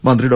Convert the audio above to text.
മന്ത്രി ഡോ